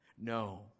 No